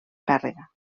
càrrega